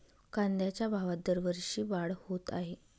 कांद्याच्या भावात दरवर्षी वाढ होत आहे